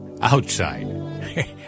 Outside